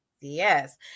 yes